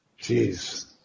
Jeez